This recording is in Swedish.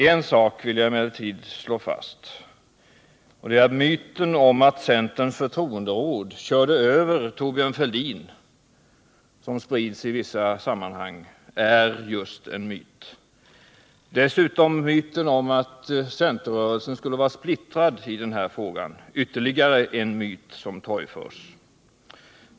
En sak vill jag emellertid slå fast, nämligen att myten om att centerns förtroenderåd ”körde över” Thorbjörn Fälldin — som sprids i vissa sammanhang —-är just en myt. Dessutom är det som sägs om att centerrörelsen skulle vara splittrad i den här frågan ytterligare en myt som torgförs.